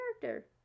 character